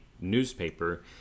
newspaper